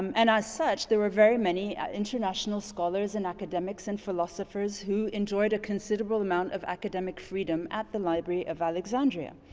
um and as such, there were very many international scholars and academics and philosophers who enjoyed a considerable amount of academic freedom at the library of alexandria.